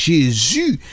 Jésus